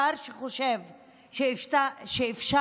שר שחושב שאפשר,